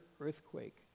earthquake